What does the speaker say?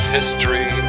History